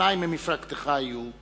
שניים ממפלגתך היו,